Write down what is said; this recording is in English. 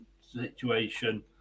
situation